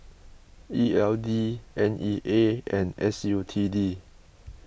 E L D N E A and S U T D